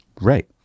Right